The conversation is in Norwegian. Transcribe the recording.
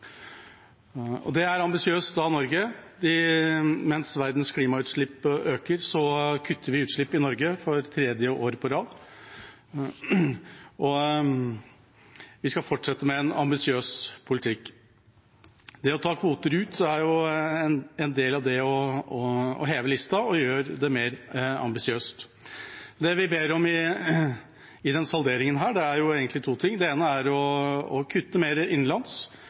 Det er ambisiøst av Norge. Mens verdens klimautslipp øker, kutter vi utslipp i Norge for tredje året på rad, og vi skal fortsette med en ambisiøs politikk. Det å ta kvoter ut, er en del av det å heve lista og gjøre det mer ambisiøst. Det vi ber om i denne salderingen, er egentlig to ting. Det ene er å kutte mer innenlands,